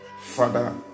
Father